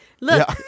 Look